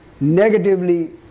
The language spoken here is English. negatively